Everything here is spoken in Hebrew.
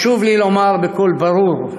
חשוב לי לומר בקול ברור: